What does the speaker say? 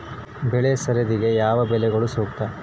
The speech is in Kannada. ಬೆಳೆ ಸರದಿಗೆ ಯಾವ ಬೆಳೆಗಳು ಸೂಕ್ತ?